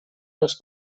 dels